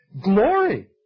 glory